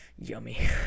Yummy